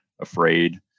afraid